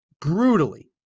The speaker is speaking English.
brutally